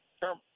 Term